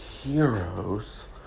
heroes